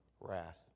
wrath